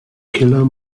killer